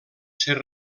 ser